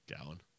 Gallon